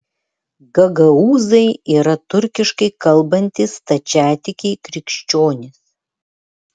gagaūzai yra turkiškai kalbantys stačiatikiai krikščionys